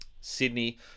Sydney